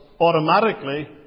automatically